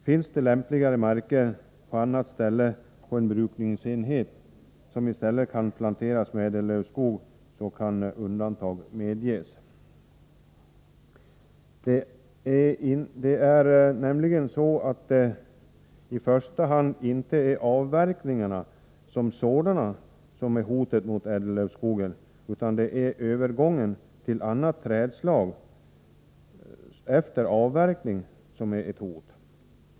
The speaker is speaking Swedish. Finns det lämpligare marker på annan plats inom en brukningsenhet som i stället kan planteras med ädellövskog, kan undantag medges. I första hand är det nämligen inte avverkningarna som sådana som hotar ädellövskogen, utan det är övergången till annat trädslag efter avverkning som är ett hot.